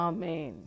Amen